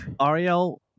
Ariel